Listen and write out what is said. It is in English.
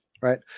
right